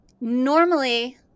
normally